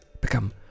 become